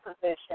position